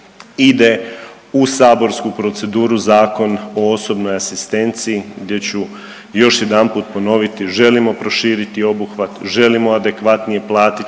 ide u saborsku proceduru Zakon o osobnoj asistenciji gdje ću još jedanput ponoviti, želimo proširiti obuhvat, želimo adekvatnije platiti